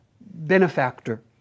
benefactor